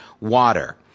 water